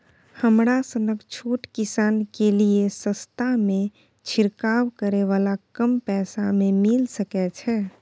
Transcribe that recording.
हमरा सनक छोट किसान के लिए सस्ता में छिरकाव करै वाला कम पैसा में मिल सकै छै?